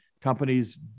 companies